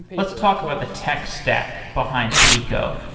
let's talk about the tech stack behind peeqo.